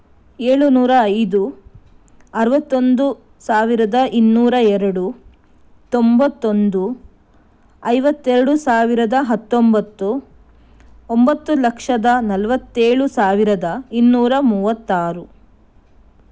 ಏಳು ನೂರ ಐದು ಅರುವತ್ತೊಂದು ಸಾವಿರದ ಇನ್ನೂರ ಎರಡು ತೊಂಬತ್ತೊಂದು ಐವತ್ತೆರಡು ಸಾವಿರದ ಹತ್ತೊಂಬತ್ತು ಒಂಬತ್ತು ಲಕ್ಷದ ನಲವತ್ತೇಳು ಸಾವಿರದ ಇನ್ನೂರ ಮೂವತ್ತಾರು